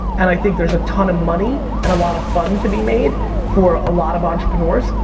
and i think there's a ton of money and a lot of fun to be made for a lot of entrepreneurs,